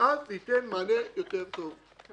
זה ייתן מענה טוב יותר.